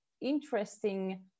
interesting